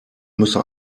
müsse